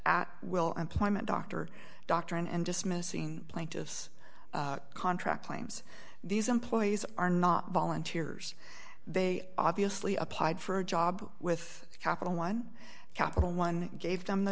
at will employment doctor doctrine and dismissing plaintiffs contract claims these employees are not volunteers they obviously applied for a job with capital one capital one gave them the